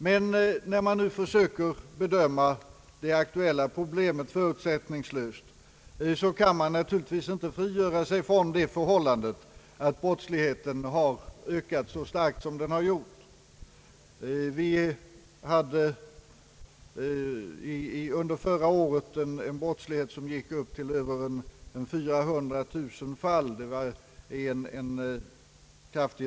För att nu försöka bedöma det aktuella problemet förutsättningslöst, så kan man naturligtvis inte frigöra sig från det förhållandet att brottsligheten har ökat så starkt som den har gjort. Förra året uppgick den till över 400 000 fall.